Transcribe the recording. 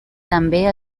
també